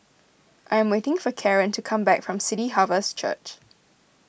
I am waiting for Kaaren to come back from City Harvest Church